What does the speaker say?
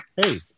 Hey